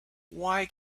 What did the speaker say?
why